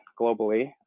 globally